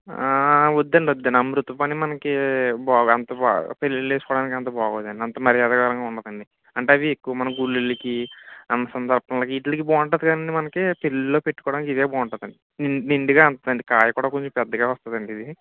వద్దండి వద్దండి అమృతపాణి మనకి బాగోవు అంత బాగోవు పెళ్ళిల్లో వేసుకోవడనికి అంత బాగోదండి అంత మర్యాదకరంగా ఉండదండి అంటే అది ఎక్కువగా మన గుళ్ళుళ్ళుకి అన్న సంతర్పణలకి వీటిలికి బావుంటది కానండి మనకి పెళ్ళిల్లో పెట్టుకోవడానికి ఇదే బాగుంటుందండి నిండుగా వస్తుందండి కాయ కూడా కొంచెం పెద్దగా వస్తుందండి ఇది